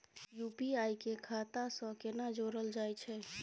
UPI के खाता सं केना जोरल जाए छै?